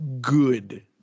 good